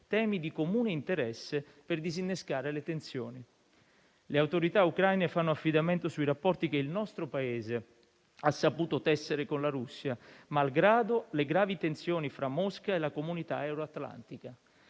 temi di comune interesse per disinnescare le tensioni. Le autorità ucraine fanno affidamento sui rapporti che il nostro Paese ha saputo tessere con la Russia, malgrado le gravi tensioni fra Mosca e la comunità euroatlantica.